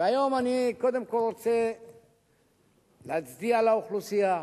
והיום אני קודם כול רוצה להצדיע לאוכלוסייה,